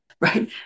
right